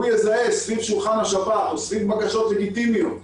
הוא יזהה סביב שולחן השבת או סביב בקשות לגיטימיות.